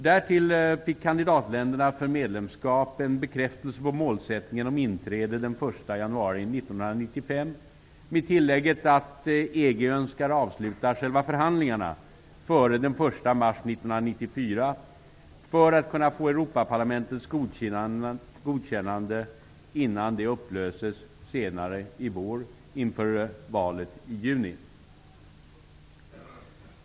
Därtill fick kandidatländerna för medlemskap en bekräftelse på målsättningen om inträde den 1 januari 1995, med tillägget att EG önskar avsluta själva förhandlingarna före den 1 mars 1994 för att kunna få Europaparlamentets godkännande innan det upplöses senare i vår inför valet i juni.